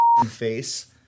face